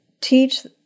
teach